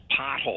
pothole